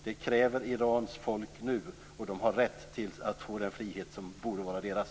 Det kräver Irans folk nu. De har rätt att få den frihet som borde vara deras.